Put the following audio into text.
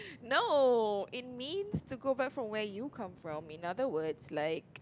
no it means to go back from where you come from in other words like